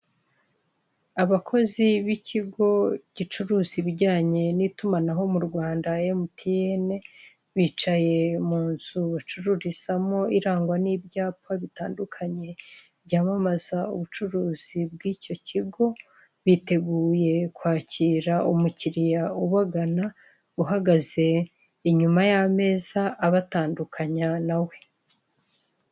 Abakozi b'ikigo gicuruza ibijyanye n'itumanaho mu Rwanda emutiyene bicaye mu nzu bacururizamo irangwa n'ibyapa bitandukanye byamamaza ubucuruzi bw'icyo kigo biteguye kwakira umukiriya ubagana uhagaze inyuma y'ameza abatandukanye nawe.